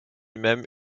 même